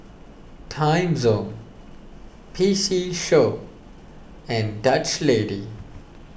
Timezone P C Show and Dutch Lady